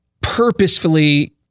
purposefully